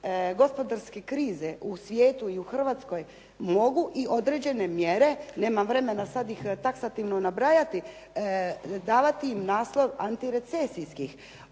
gospodarske krize u svijetu i u Hrvatskoj mogu i određene mjere, nemam vremena sad ih taksativno nabrajati davati im naslov antirecesijskih.